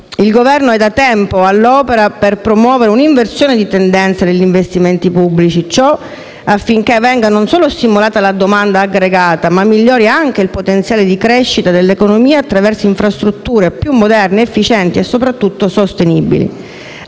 Il Governo è da tempo all'opera per promuovere un'inversione di tendenza degli investimenti pubblici. Ciò affinché venga non solo stimolata la domanda aggregata, ma migliori anche il potenziale di crescita dell'economia attraverso infrastrutture più moderne, efficienti e sostenibili,